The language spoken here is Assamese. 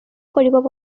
কৰিব